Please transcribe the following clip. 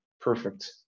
Perfect